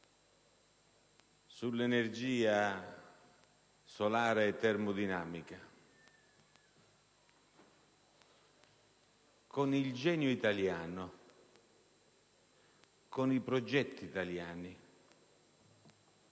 sull'energia solare termodinamica con il genio italiano, con i progetti italiani.